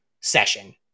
session